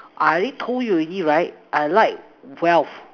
I already told you already right I like wealth